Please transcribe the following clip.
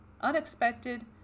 unexpected